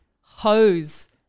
hose